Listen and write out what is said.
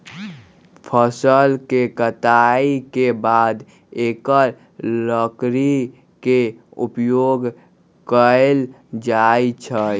फ़सल के कटाई के बाद एकर लकड़ी के उपयोग कैल जाइ छइ